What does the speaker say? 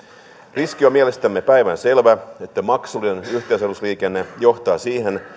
riski on mielestämme päivänselvä että maksullinen yhteysalusliikenne johtaa siihen